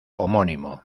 homónimo